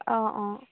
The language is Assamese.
অঁ অঁ